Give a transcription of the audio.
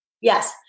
yes